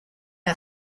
are